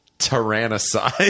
Tyrannicide